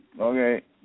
Okay